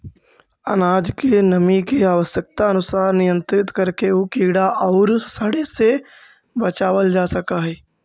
अनाज के नमी के आवश्यकतानुसार नियन्त्रित करके उ कीड़ा औउर सड़े से बचावल जा सकऽ हई